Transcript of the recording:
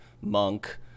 Monk